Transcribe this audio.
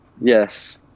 Yes